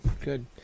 good